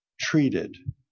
treated